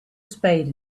spade